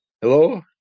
Hello